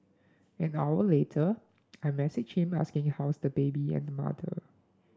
an hour later I messaged him asking how's the baby and mother